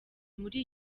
muri